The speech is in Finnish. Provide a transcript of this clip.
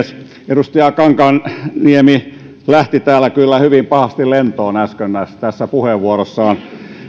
edustaja kankaanniemi lähti täällä kyllä hyvin pahasti lentoon äsken puheenvuorossaan